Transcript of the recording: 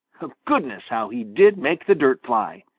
goodness, how he did make the dirt fly!